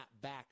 back